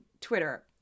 twitter